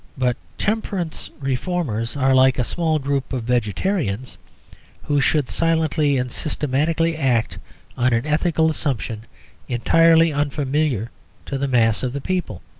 but temperance reformers are like a small group of vegetarians who should silently and systematically act on an ethical assumption entirely unfamiliar to the mass of the people.